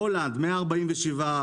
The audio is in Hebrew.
הולנד 147,